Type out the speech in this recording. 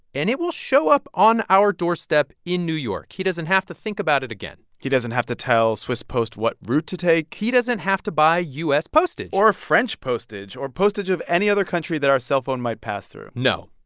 and it will show up on our doorstep in new york. he doesn't have to think about it again he doesn't have to tell swiss post what route to take he doesn't have to buy u s. postage or french postage or postage of any other country that our cellphone might pass through no.